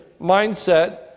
mindset